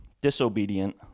disobedient